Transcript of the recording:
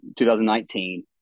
2019